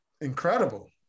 incredible